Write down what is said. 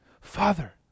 Father